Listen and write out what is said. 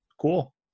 Cool